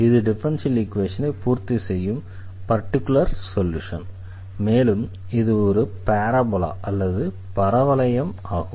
இது டிஃபரன்ஷியல் ஈக்வேஷனை பூர்த்தி செய்யும் பர்டிகுலர் சொல்யூஷன் மேலும் இது ஒரு பாராபோலா அதாவது பரவளையம் ஆகும்